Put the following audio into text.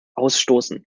ausstoßen